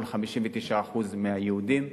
מול 59% מהיהודים.